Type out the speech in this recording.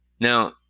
Now